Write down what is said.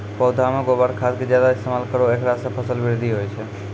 पौधा मे गोबर खाद के ज्यादा इस्तेमाल करौ ऐकरा से फसल बृद्धि होय छै?